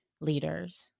leaders